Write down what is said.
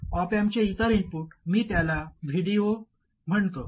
op अँपचे इतर input मी त्याला Vd0 म्हणतो